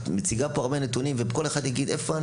את מציגה פה הרבה נתונים וכל אחד יגיד: איפה?